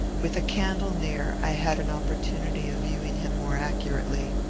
with a candle near, i had an opportunity of viewing him more accurately.